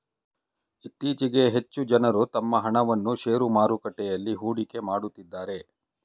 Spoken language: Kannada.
ಇತ್ತೀಚೆಗೆ ಹೆಚ್ಚು ಜನರು ತಮ್ಮ ಹಣವನ್ನು ಶೇರು ಮಾರುಕಟ್ಟೆಯಲ್ಲಿ ಹೂಡಿಕೆ ಮಾಡುತ್ತಿದ್ದಾರೆ